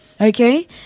okay